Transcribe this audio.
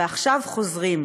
ועכשיו חוזרים.